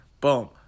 Boom